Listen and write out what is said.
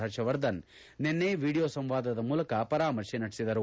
ಹರ್ಷವರ್ಧನ್ ನಿನ್ನೆ ವಿಡಿಯೋ ಸಂವಾದದ ಮೂಲಕ ಪರಾಮರ್ಶೆ ನಡೆಸಿದರು